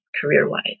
career-wise